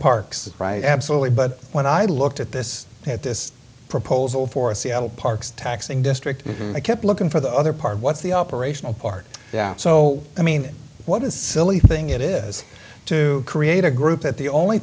parks absolutely but when i looked at this at this proposal for a seattle parks taxing district i kept looking for the other part what's the operational part so i mean what is silly thing it is to create a group that the only